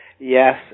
Yes